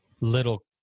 little